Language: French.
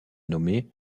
nommé